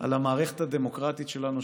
על המערכת הדמוקרטית שלנו,